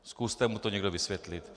Zkuste mu to někdo vysvětlit.